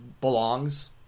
belongs